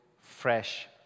Fresh